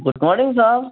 good morning sir